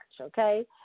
okay